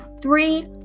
Three